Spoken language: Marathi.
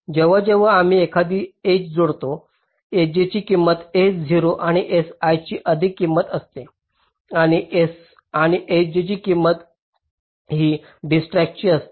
जेव्हा जेव्हा आम्ही एखादी एज जोडतो sj ची किंमत ही s0 ते si ची अधिक किंमत असते आणि s ते sj ची किंमत ही डिजक्रास्ट्राची असते